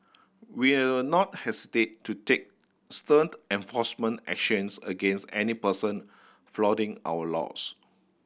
we'll not hesitate to take stern enforcement actions against any person flouting our laws